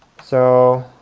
so